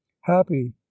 Happy